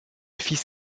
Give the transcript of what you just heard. fils